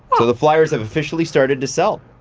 so the flyers have officially started to sell.